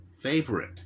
favorite